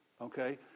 okay